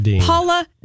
Paula